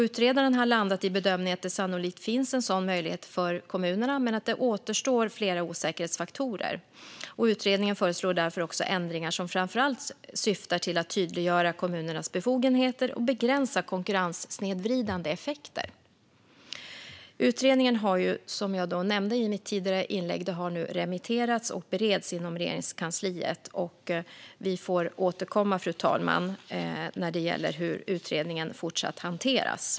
Utredaren har landat i bedömningen att det sannolikt finns en sådan möjlighet för kommunerna men att det återstår flera osäkerhetsfaktorer. Utredningen föreslår därför ändringar som framför allt syftar till att tydliggöra kommunernas befogenheter och begränsa konkurrenssnedvridande effekter. Utredningen har, som jag nämnde i mitt tidigare inlägg, nu remitterats och bereds inom Regeringskansliet. Vi får återkomma, fru talman, när det gäller hur utredningen fortsatt hanteras.